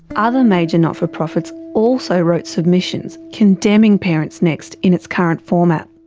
other major not-for-profits also wrote submissions condemning parents next in its current format.